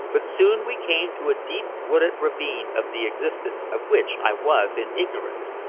but soon we came to a deep wooded ravine of the existence of which i was in ignorance.